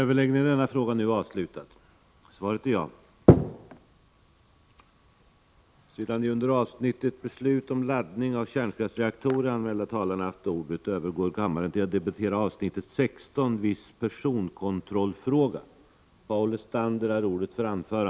Sedan de under avsnittet Beslut om laddning av kärnkraftsreaktorer anmälda talarna nu haft ordet övergår kammaren till att debattera avsnitt 16: Viss personalkontrollfråga.